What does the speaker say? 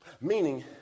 Meaning